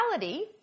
reality